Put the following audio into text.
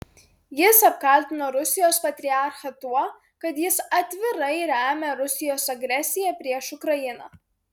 jis apkaltino rusijos patriarchą tuo kad jis atvirai remia rusijos agresiją prieš ukrainą